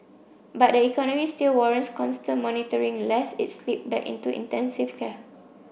but the economy still warrants constant monitoring lest it slip back into intensive care